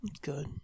Good